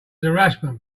harassment